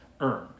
earn